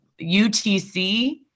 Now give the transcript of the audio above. UTC